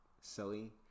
silly